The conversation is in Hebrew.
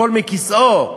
ייפול מכיסאו.